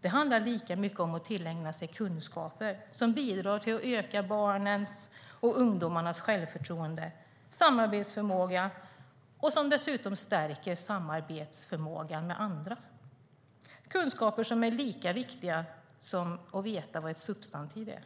Det handlar lika mycket om att tillägna sig kunskaper som bidrar till att öka barnens och ungdomarnas självförtroende och samarbetsförmåga. Det är kunskaper som är lika viktiga som att veta vad ett substantiv är.